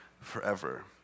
forever